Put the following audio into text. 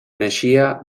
naixia